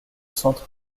centre